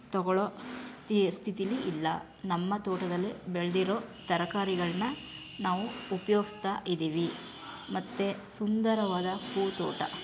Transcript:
ತೊಗೊಳ್ಳೊ ಸ್ಥಿತೀಲಿ ಇಲ್ಲ ನಮ್ಮ ತೋಟದಲ್ಲೆ ಬೆಳೆದಿರೊ ತರಕಾರಿಗಳನ್ನ ನಾವು ಉಪಯೋಗ್ಸ್ತಾ ಇದ್ದೀವಿ ಮತ್ತೆ ಸುಂದರವಾದ ಹೂದೋಟ